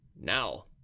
now